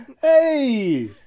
Hey